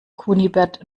kunibert